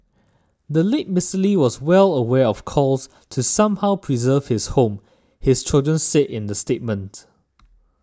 the late Mister Lee was well aware of calls to somehow preserve his home his children said in the statement